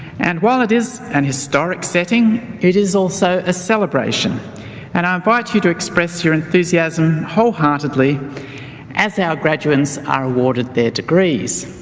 and while it is an historic setting, it is also a celebration and i invite you to express your enthusiasm wholeheartedly as our graduates are awarded their degrees.